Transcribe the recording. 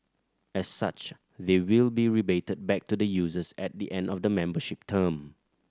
as such they will be rebated back to the users at the end of the membership term